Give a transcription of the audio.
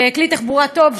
כלי תחבורה טוב,